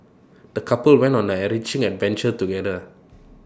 the couple went on an enriching adventure together